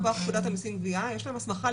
מכוח פקודת המיסים והגבייה יש להם הסמכה גם